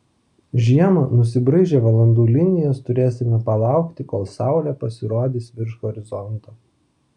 žiemą nusibraižę valandų linijas turėsime palaukti kol saulė pasirodys virš horizonto